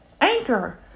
anchor